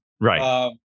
Right